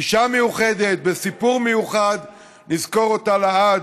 אישה מיוחדת בסיפור מיוחד, נזכור אותה לעד.